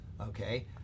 okay